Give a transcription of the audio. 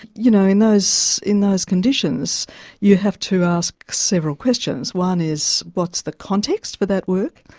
you know in those in those conditions you have to ask several questions. one is what's the context for that work?